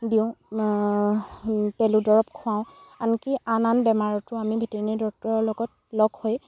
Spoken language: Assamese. দিওঁ পেলুৰ দৰৱ খুৱাওঁ আনকি আন আন বেমাৰতো আমি ভেটেনেৰি ডক্টৰৰ লগত লগ হৈ